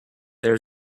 there